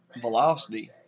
Velocity